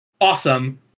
awesome